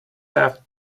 have